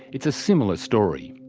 it's a similar story.